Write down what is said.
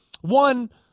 one